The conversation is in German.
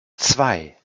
zwei